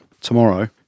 tomorrow